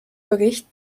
bericht